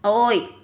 ꯑꯣꯏ